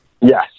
Yes